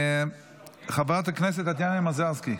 אינה נוכחת, חברת הכנסת טטיאנה מזרסקי,